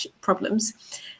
problems